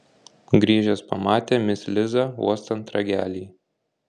grįžęs pamatė mis lizą uostant ragelį